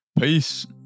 Peace